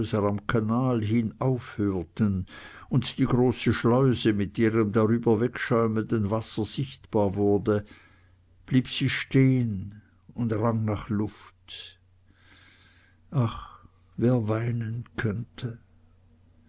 kanal hin aufhörten und die große schleuse mit ihrem drüberwegschäumenden wasser sichtbar wurde blieb sie stehn und rang nach luft ach wer weinen könnte